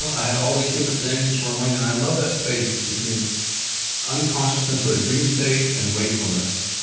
i had all these different things swirling and i love that space between unconsciousness or the dream state and wakefulness,